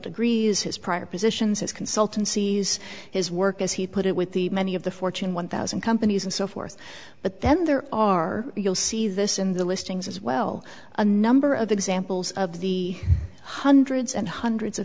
degrees his prior positions his consultancies his work as he put it with the many of the fortune one thousand companies and so forth but then there are you'll see this in the listings as well a number of examples of the hundreds and hundreds